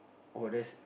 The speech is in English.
oh that's